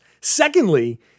Secondly